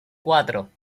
cuatro